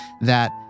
that-